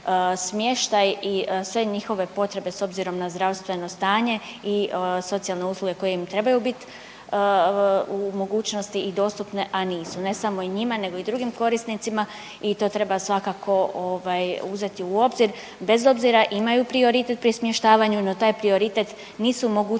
smještaj i sve njihove potrebe s obzirom na zdravstveno stanje i socijalne usluge koje im trebaju biti u mogućnosti i dostupne a nisu, ne samo njima nego i drugim korisnicima i to treba svakako uzeti u obzir bez obzira imaju prioritet pri smještavanju. No, taj prioritet nisu u mogućnosti